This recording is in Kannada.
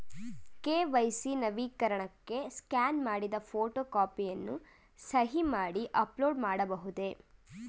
ಕೆ.ವೈ.ಸಿ ನವೀಕರಣಕ್ಕೆ ಸ್ಕ್ಯಾನ್ ಮಾಡಿದ ಫೋಟೋ ಕಾಪಿಯನ್ನು ಸಹಿ ಮಾಡಿ ಅಪ್ಲೋಡ್ ಮಾಡಬಹುದೇ?